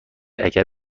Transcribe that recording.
اگر